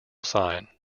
sign